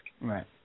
right